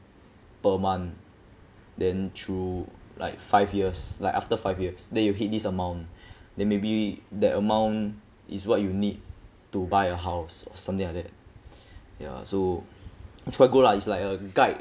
per month then through like five years like after five years then you hit this amount then maybe that amount is what you need to buy a house or something like that ya so it's quite good lah it's like a guide